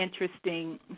interesting